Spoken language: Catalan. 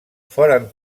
foren